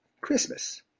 Christmas